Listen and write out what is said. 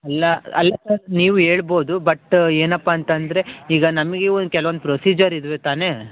ಅಲ್ಲ ಅಲ್ಲ ಸರ್ ನೀವು ಹೇಳ್ಬೋದು ಬಟ್ ಏನಪ್ಪ ಅಂತಂದರೆ ಈಗ ನಮಗೆ ಒಂದು ಕೆಲವೊಂದು ಪ್ರೊಸೀಜರ್ ಇದ್ವು ತಾನೇ